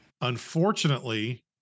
Unfortunately